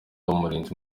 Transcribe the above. umurinzi